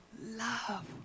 love